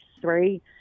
three